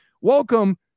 welcome